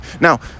now